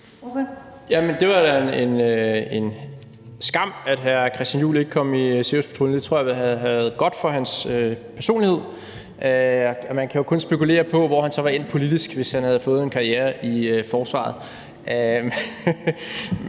Det var jo en skam, at hr. Christian Juhl ikke kom i Siriuspatruljen. Det tror jeg havde været godt for hans personlighed, og man kan jo kun spekulere på, hvor han så var endt politisk, hvis han havde fået en karriere i forsvaret.